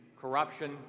corruption